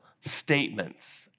statements